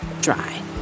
dry